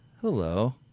hello